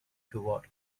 toward